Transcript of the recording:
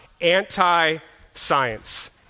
anti-science